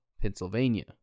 Pennsylvania